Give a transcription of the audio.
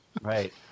Right